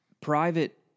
Private